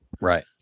Right